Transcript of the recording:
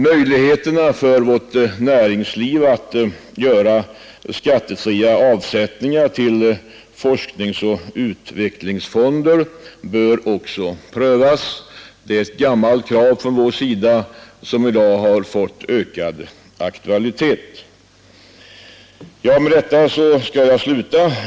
Möjligheterna för näringslivet att göra skattefria avsättningar till forskningsoch utvecklingsfonder bör också prövas. Det är ett gammalt krav från vår sida som i dag fått ökad aktualitet. Med detta skall jag sluta.